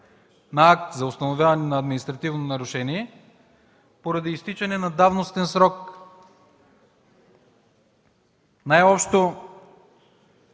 на акт за установяване на административно нарушение поради изтичане на давностен срок? Най-общо